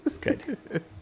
Good